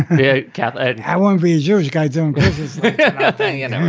yeah, i get it. i wouldn't be a jewish guy doing his thing and